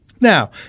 Now